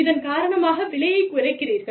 இதன் காரணமாக விலையைக் குறைக்கிறீர்கள்